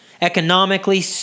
economically